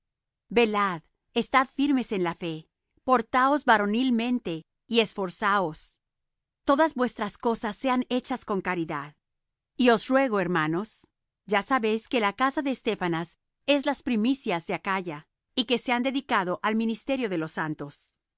velad estad firmes en la fe portaos varonilmente y esforzaos todas vuestras cosas sean hechas con caridad y os ruego hermanos ya sabéis que la casa de estéfanas es las primicias de acaya y que se han dedicado al ministerio de los santos